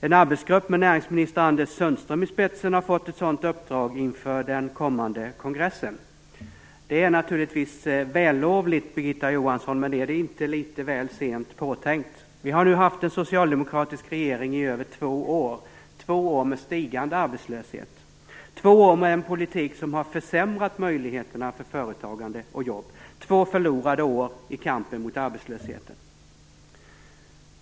En arbetsgrupp med näringsminister Anders Sundström i spetsen har fått ett sådant uppdrag inför den kommande kongressen. Det är naturligtvis vällovligt, Birgitta Johansson, men är det inte litet väl sent påtänkt? Vi har nu haft en socialdemokratisk regering i över två år - två år med stigande arbetslöshet, två år med en politik som har försämrat möjligheterna för företagande och jobb, två förlorade år i kampen mot arbetslösheten.